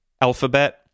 alphabet